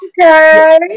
Okay